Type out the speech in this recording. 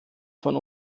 von